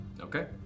Okay